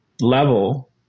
level